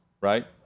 right